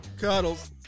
Cuddles